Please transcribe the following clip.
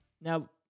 Now